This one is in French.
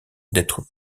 d’être